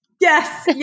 Yes